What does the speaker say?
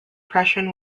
prussian